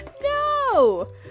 No